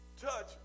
touch